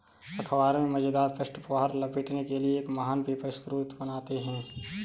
अख़बार में मज़ेदार पृष्ठ उपहार लपेटने के लिए एक महान पेपर स्रोत बनाते हैं